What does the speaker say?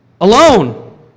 alone